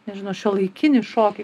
nežinau šiuolaikinį šokį